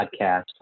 podcast